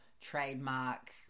trademark